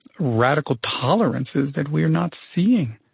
radical tolerances that we're not seeing.